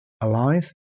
alive